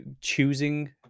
choosing